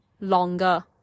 longer